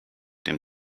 dem